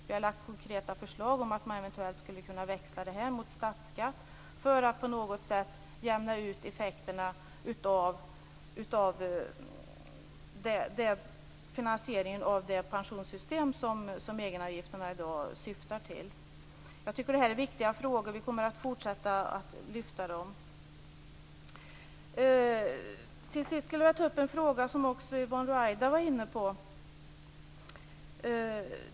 Vi har lagt fram konkreta förslag om att man eventuellt skulle kunna växla detta mot statsskatt för att på något sätt jämna ut effekterna av finansieringen av det pensionssystem som egenavgifterna i dag syftar till. Jag tycker att detta är viktiga frågor. Vi kommer att fortsätta att lyfta fram dem. Till sist skulle jag vilja ta upp en fråga som också Yvonne Ruwaida var inne på.